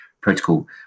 protocol